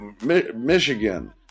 Michigan